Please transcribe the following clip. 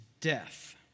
death